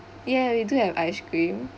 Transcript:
yeah we do have ice cream